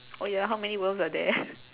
oh ya how many worms are there